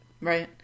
Right